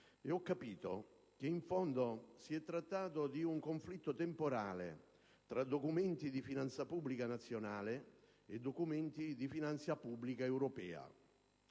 e ho capito che in fondo si è trattato di un conflitto temporale tra documenti di finanza pubblica nazionale e documenti di finanza pubblica europea.